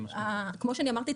כמו שאני אמרתי,